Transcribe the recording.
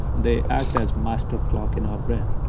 they act as master clock in our brain.